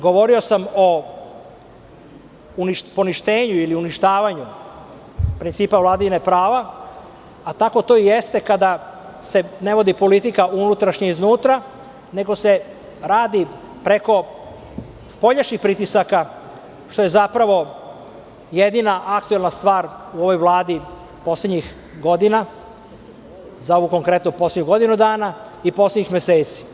Govorio sam o poništenju ili uništavanju principa vladavine prava, a tako to i jeste kada se ne vodi politika unutrašnja iznutra, nego se radi preko spoljašnjih pritisaka, što je zapravo jedina aktivna stvar u ovoj Vladi poslednjih godina, konkretno za ovih poslednjih godinu dana i poslednjih meseci.